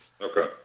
Okay